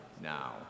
now